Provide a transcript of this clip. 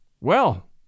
Well